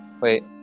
Wait